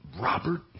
Robert